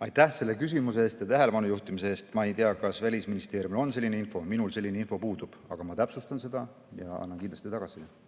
Aitäh selle küsimuse ja tähelepanu juhtimise eest! Ma ei tea, kas Välisministeeriumil on selline info. Minul selline info puudub. Aga ma täpsustan seda ja annan kindlasti tagasisidet.